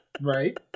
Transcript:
Right